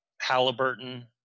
Halliburton